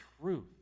truth